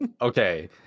Okay